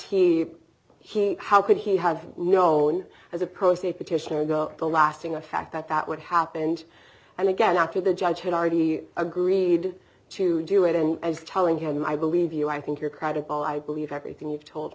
he how could he have known as a person a petition the lasting effect that that what happened and again after the judge had already agreed to do it and i was telling him i believe you i think you're credible i believe everything you've told